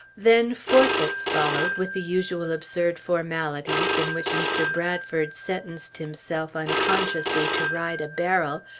then forfeits followed, with the usual absurd formalities in which mr. bradford sentenced himself unconsciously to ride a barrel,